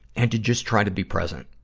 and to just try to be present.